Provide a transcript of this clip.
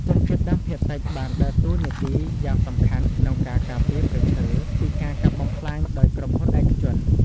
ជនជាតិដើមភាគតិចបានដើរតួនាទីយ៉ាងសំខាន់ក្នុងការ ការពារព្រៃឈើ ពីការកាប់បំផ្លាញដោយក្រុមហ៊ុនឯកជន។